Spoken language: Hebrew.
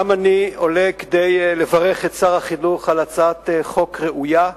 גם אני עולה כדי לברך את שר החינוך על הצעת חוק ראויה,